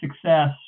success